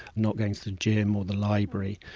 not going to the gym or the library.